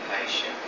patient